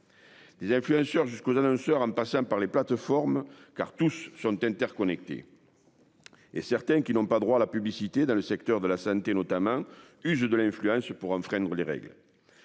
Des influenceurs jusqu'aux annonceurs en passant par les plateformes car tous sont interconnectés. Et certains qui n'ont pas droit à la publicité dans le secteur de la santé notamment usé de l'influence pour enfreindre les règles.